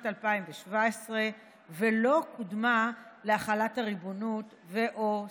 2017 ולא קודמה להחלת הריבונות ו/או סיפוח.